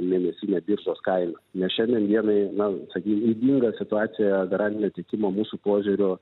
mėnesinė biržos kaina nes šiandien dienai na sakykim ydinga situacija garantinio tiekimo mūsų požiūriu